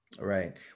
Right